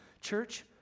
church